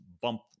bump